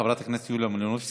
חברת הכנסת יוליה מלינובסקי,